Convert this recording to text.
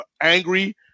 angry